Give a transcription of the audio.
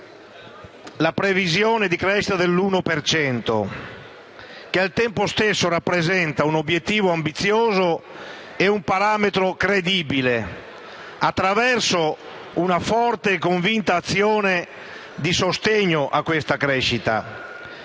la previsione di crescita dell'uno per cento, che al tempo stesso rappresenta un obiettivo ambizioso e un parametro credibile, attraverso una forte e convinta azione di sostegno a questa crescita.